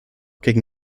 gegen